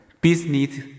Business